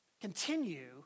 continue